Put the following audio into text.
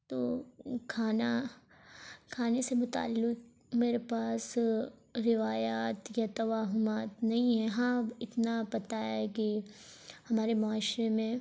تو کھانا کھانے سے متعلق میرے پاس روایات یا توہمات نہیں ہیں ہاں اتنا پتہ ہے کہ ہمارے معاشرے میں